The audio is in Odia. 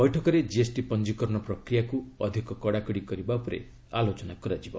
ବୈଠକରେ ଜିଏସ୍ଟି ପଞ୍ଜିକରଣ ପ୍ରକ୍ରିୟାକୁ ଅଧିକ କଡାକଡି କରିବା ଉପରେ ଆଲୋଚନା କରାଯିବ